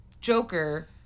Joker